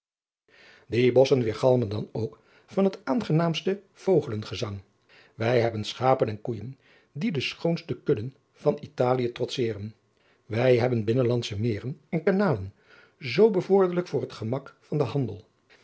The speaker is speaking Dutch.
die bosschen weêrgalmen dan ook van het aangenaamste vogelengezang wij hebben schapen en koeijen die de schoonste kudden van italie trotseren wij hebben binnenlandsche meren en kanalen zoo bevorderlijk voor het gemak van den handel